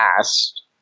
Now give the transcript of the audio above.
past